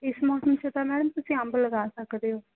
ਇਸ ਮੌਸਮ 'ਚ ਤਾਂ ਮੈਮ ਤੁਸੀਂ ਅੰਬ ਲਗਾ ਸਕਦੇ ਹੋ